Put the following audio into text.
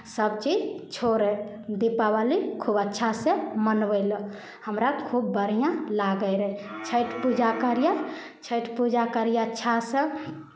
सभचीज छोड़ै दीपावली खूब अच्छासँ मनबै लेल हमरा खूब बढ़िआँ लागै रहै छठि पूजा करियै छठि पूजा करियै अच्छासँ